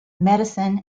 medicine